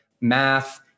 math